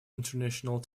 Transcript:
international